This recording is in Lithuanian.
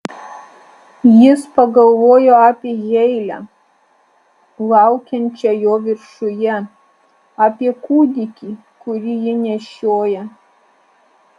jis pagalvojo apie heilę laukiančią jo viršuje apie kūdikį kurį ji nešioja